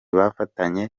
bafatanye